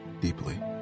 deeply